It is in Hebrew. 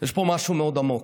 יש פה משהו מאוד עמוק,